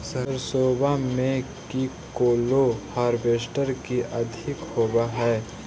सरसोबा मे की कैलो हारबेसटर की अधिक होब है?